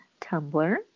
Tumblr